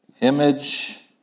image